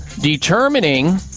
determining